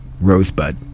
Rosebud